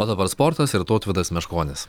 o dabar sportas ir tautvydas meškonis